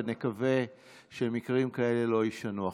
ונקווה שמקרים כאלה לא יישנו.